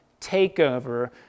takeover